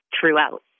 throughout